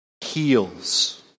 heals